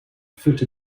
foot